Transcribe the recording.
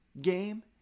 game